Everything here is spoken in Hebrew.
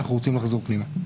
אנחנו רוצים לחזור פנימה.